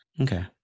Okay